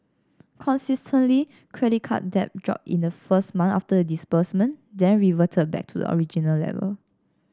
consistently credit card debt dropped in the first months after the disbursement then reverted back to the original level